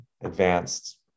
advanced